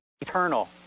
eternal